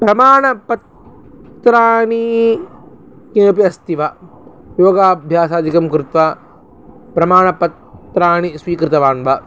प्रमाणपत्राणि केपि अस्ति वा योगाभ्यासादिकं कृत्वा प्रमाणपत्राणि स्वीकृतवान् वा